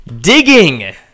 digging